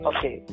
Okay